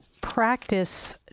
practice